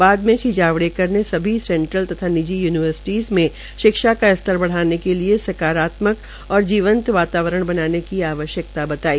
बाद में श्री जावड़ेकर ने सभी सेंट्रल तथा निजी यूनविर्सिटीस में शिक्षा का स्तर बढ़ाने के लिए सकारात्मक और जीवंत वातावरण बनाने की आवश्यकता बताई